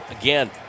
again